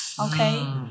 Okay